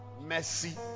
Mercy